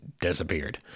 disappeared